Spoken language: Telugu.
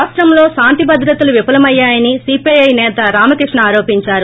రాష్టంలో శాంతి భద్రతలు విఫలమయ్యాయని సీపీఐ నేత రామకృష్ణ ఆరోపించారు